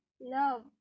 love